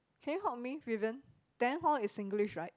can you help me Vivian then hor is Singlish right